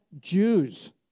Jews